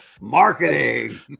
Marketing